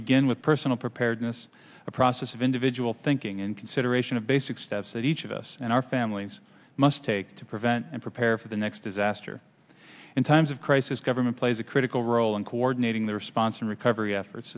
begin with personal preparedness a process of individual thinking and consideration of basic steps that each of us and our families must take to event and prepare for the next disaster in times of crisis government plays a critical role in coordinating the response and recovery efforts